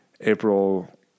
April